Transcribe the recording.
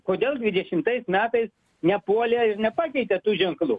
kodėl dvidešimtais metais nepuolė ir nepakeitė tų ženklų